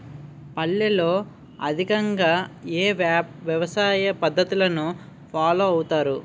పల్లెల్లో అధికంగా ఏ వ్యవసాయ పద్ధతులను ఫాలో అవతారు?